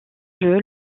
jeu